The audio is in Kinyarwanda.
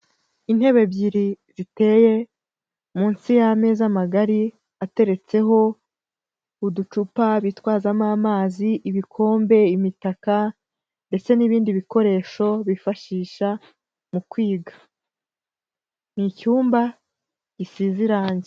Intebe ebyiri ziteye, munsi y'ameza magari, ateretseho, uducupa bitwazamo amazi ibikombe, imitaka ndetse n'ibindi bikoresho bifashisha mu kwiga. Ni icyumba gisize irangi.